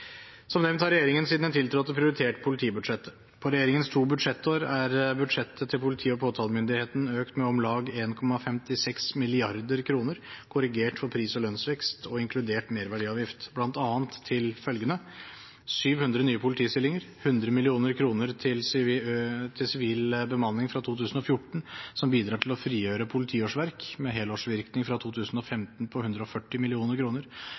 Som nevnt har regjeringen siden den tiltrådte, prioritert politibudsjettet. På regjeringens to budsjettår er budsjettet til politiet og påtalemyndigheten økt med om lag 1,56 mrd. kr, korrigert for pris- og lønnsvekst og inkludert merverdiavgift, bl.a. til følgende: 700 nye politistillinger 100 mill. kr til sivil bemanning fra 2014, som bidrar til å frigjøre politiårsverk med helårsvirkning fra 2015 på 140